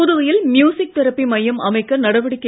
புதுவையில் music therapy மையம் அமைக்க நடவடிக்கை